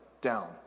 down